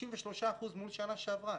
33% מול שנה שעברה.